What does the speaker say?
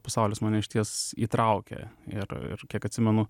pasaulis mane išties įtraukė ir ir kiek atsimenu